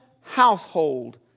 household